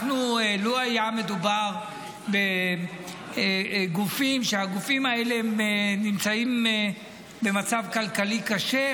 לו היה מדובר בגופים שנמצאים במצב כלכלי קשה,